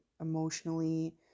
Emotionally